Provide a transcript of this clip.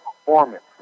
performance